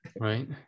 right